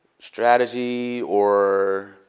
strategy or